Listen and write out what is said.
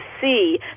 see